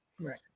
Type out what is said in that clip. Right